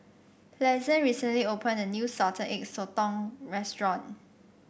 Pleasant recently opened a new Salted Egg Sotong restaurant